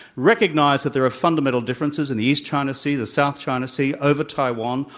recognize that there are fundamental differences in the east china sea, the south china sea, over taiwan,